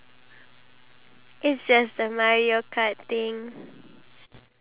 maybe one day both of us can do a live and then we can post it on our page